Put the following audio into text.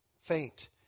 Faint